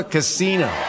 Casino